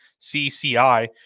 CCI